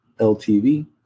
LTV